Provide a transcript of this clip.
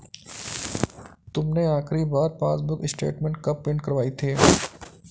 तुमने आखिरी बार पासबुक स्टेटमेंट कब प्रिन्ट करवाई थी?